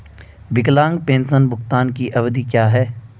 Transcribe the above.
विकलांग पेंशन भुगतान की अवधि क्या है?